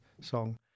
song